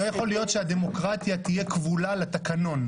לא יכול להיות שהדמוקרטיה תהיה כבולה לתקנון.